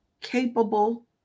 capable